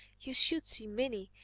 you should see minnie!